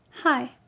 Hi